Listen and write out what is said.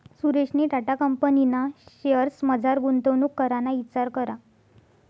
सुरेशनी टाटा कंपनीना शेअर्समझार गुंतवणूक कराना इचार करा